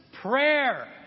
prayer